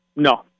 No